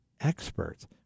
experts